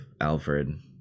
Alfred